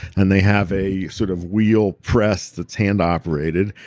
and they have a sort of wheel press that's hand operated.